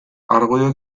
argudio